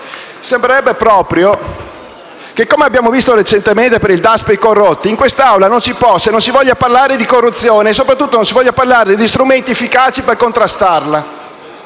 sembrerebbe proprio che, come abbiamo visto recentemente per il Daspo per i corrotti, in quest'Aula non si possa e non si voglia parlare di corruzione e, soprattutto, di strumenti efficaci per contrastarla;